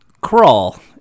Crawl